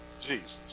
Jesus